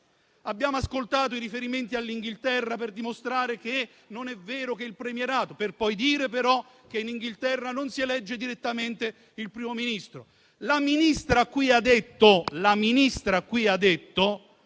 Abbiamo ascoltato i riferimenti all'Inghilterra per dimostrare che non è vero quello che si dice a proposito del premierato, per poi dire, però, che in Inghilterra non si elegge direttamente il Primo Ministro. La Ministra qui ha detto